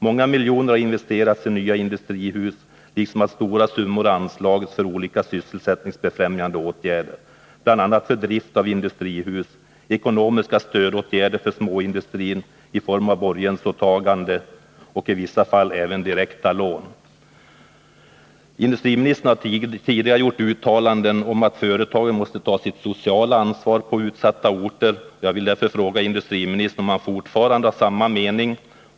Många miljoner har investerats i nya industrihus, liksom att stora summor har anslagits för olika sysselsättningsbefrämjande åtgärder, bl.a. för drift av industrihus, ekonomiska stödåtgärder för småindustrin i form av borgensåtaganden och i vissa fall även direkta lån. Industriministern har tidigare gjort uttalanden om att företagen måste ta sitt sociala ansvar på utsatta orter. Jag vill därför fråga industriministern om han fortfarande har samma mening.